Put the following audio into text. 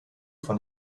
von